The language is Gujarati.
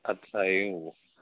અચ્છા એવું